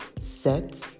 set